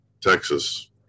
texas